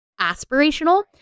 aspirational